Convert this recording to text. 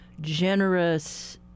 generous